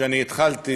שהתחלתי